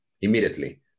immediately